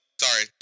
sorry